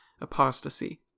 apostasy